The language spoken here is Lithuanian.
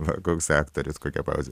va koks aktorius kokia pauzė